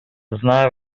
зная